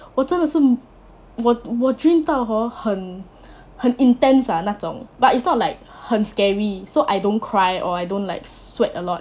我真的是梦我我 dream hor 到很很 intense ah 那种 but it's not like 很 scary so I don't cry or I don't like sweat a lot